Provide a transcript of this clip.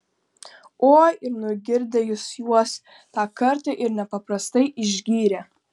oi ir nugirdė jis juos tą kartą ir nepaprastai išgyrė